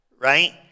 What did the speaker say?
right